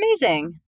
amazing